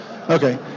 Okay